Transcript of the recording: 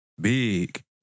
big